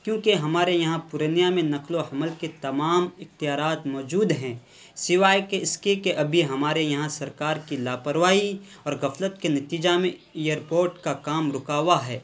کیونکہ ہمارے یہاں پورنیہ میں نقل و حمل کے تمام اختیارات موجود ہیں سوائے کہ اس کے کہ ابھی ہمارے یہاں سرکار کی لاپرواہی اور غفلت کے نتیجہ میں ایئرپوٹ کا کام رکا ہوا ہے